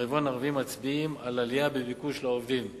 לרבעון הרביעי מצביעים על עלייה בביקוש לעובדים,